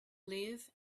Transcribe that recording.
live